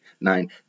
nine